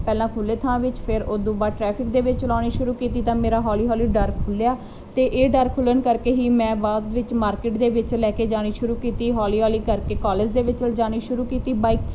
ਪਹਿਲਾ ਖੁੱਲੇ ਥਾਂ ਵਿੱਚ ਫਿਰ ਉਤੋਂ ਬਾਅਦ ਟਰੈਫਿਕ ਦੇ ਵਿੱਚ ਚਲਾਉਣੀ ਸ਼ੁਰੂ ਕੀਤੀ ਤਾਂ ਮੇਰਾ ਹੋਲੀ ਹੋਲੀ ਡਰ ਖੁਲਿਆ ਤੇ ਇਹ ਡਰ ਖੁੱਲਨ ਕਰਕੇ ਹੀ ਮੈਂ ਬਾਅਦ ਵਿੱਚ ਮਾਰਕੀਟ ਦੇ ਵਿੱਚ ਲੈ ਕੇ ਜਾਣੀ ਸ਼ੁਰੂ ਕੀਤੀ ਹੌਲੀ ਹੌਲੀ ਕਰਕੇ ਕਾਲਜ ਦੇ ਵਿੱਚ ਲਿਜਾਣੀ ਸ਼ੁਰੂ ਕੀਤੀ ਬਾਈਕ